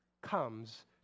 comes